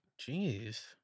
jeez